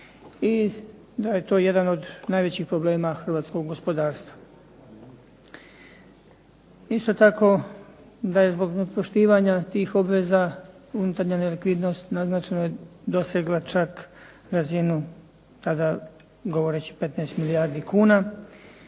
i da je to jedan od najvećih problema hrvatskog gospodarstva. Isto tako, da je zbog nepoštivanja tih obveza unutarnja nelikvidnost naznačeno je dosegla čak razinu tada govoreći 15 milijardi kuna